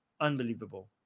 Unbelievable